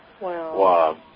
Wow